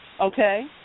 okay